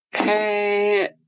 Okay